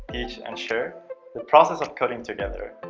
teach, and share the process of coding together.